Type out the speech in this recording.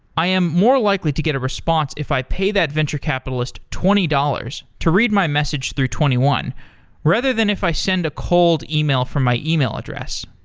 i am more likely to get a response if i pay that venture capitalist twenty dollars to read my message through twenty one rather if i send a cold email from my email address.